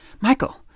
Michael